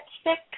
stick